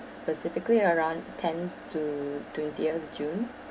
specifically around ten to twentieth june